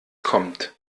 kommt